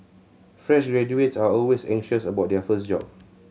fresh graduates are always anxious about their first job